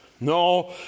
no